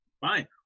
Fine